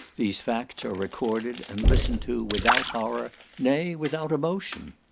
these facts are recorded, and listened to, without horror, nay, without emotion.